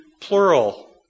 plural